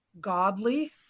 godly